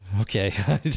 Okay